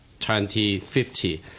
2050